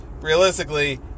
realistically